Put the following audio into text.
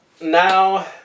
now